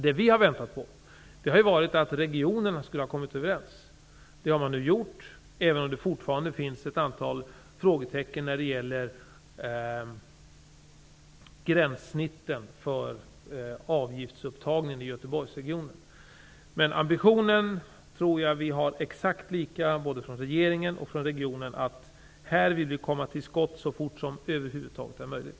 Det vi har väntat på är att man i regionen skulle komma överens. Det har man nu gjort, även om det fortfarande finns ett antal frågetecken när det gäller gränserna för avgiftsupptagningen i Göteborgsregionen. Men regeringens och regionens ambition tror jag är exakt lika, nämligen att vi vill komma till skott så fort som det över huvud taget är möjligt.